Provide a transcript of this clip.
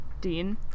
Dean